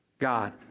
God